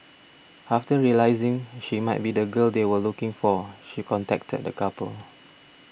after realising she might be the girl they were looking for she contacted the couple